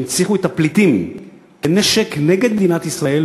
שהנציחו את הפליטים כנשק נגד מדינת ישראל,